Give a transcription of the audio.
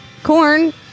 corn